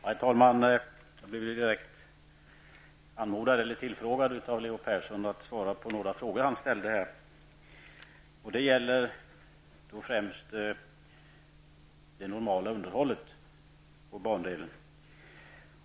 Herr talman! Jag blev direkt uppmanad av Leo Persson att svara på några frågor som han ställde. Det gäller då främst det normala underhållet på bandelen.